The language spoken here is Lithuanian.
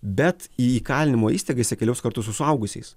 bet į įkalinimo įstaigą jisai keliaus kartu su suaugusiais